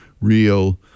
real